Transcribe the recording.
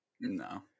No